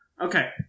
Okay